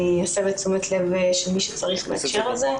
אני אסב את תשומת הלב של מי שצריך בהקשר הזה.